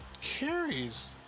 carries